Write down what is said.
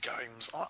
games